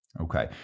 Okay